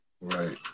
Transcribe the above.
Right